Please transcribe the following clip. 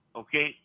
okay